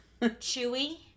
Chewy